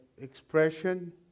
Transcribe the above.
expression